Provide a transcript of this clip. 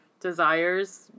desires